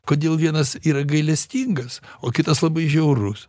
kodėl vienas yra gailestingas o kitas labai žiaurus